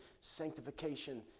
Sanctification